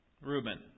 Reuben